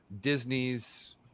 disney's